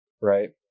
Right